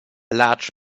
large